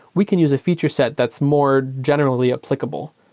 we can use a feature set that's more generally applicable.